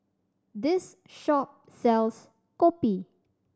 this shop sells kopi